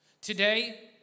Today